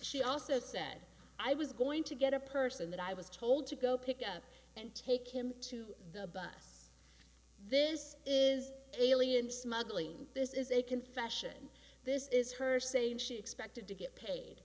she also said i was going to get a person that i was told to go pick up and take him to the bus this is alien smuggling this is a confession this is her saying she expected to get paid